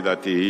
לדעתי,